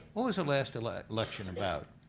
what was the last last election about?